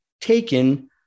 taken